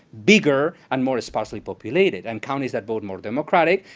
bigger, and more sparsely populated. and counties that vote more democratic,